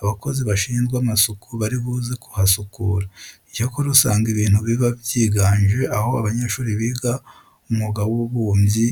abakozi bashinzwe amasuku bari buze kuhasukura. Icyakora usanga ibintu biba byiganje aho abanyeshuri biga umwuga w'ububumbyi